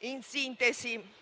In sintesi